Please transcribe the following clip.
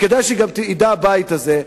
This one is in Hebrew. כדאי שגם הבית הזה ידע,